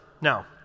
Now